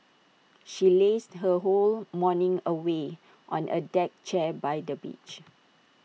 she lazed her whole morning away on A deck chair by the beach